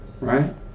right